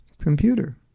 computer